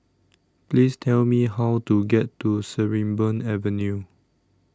Please Tell Me How to get to Sarimbun Avenue